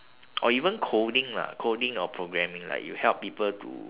or even coding lah coding or programming like you help people to